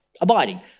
abiding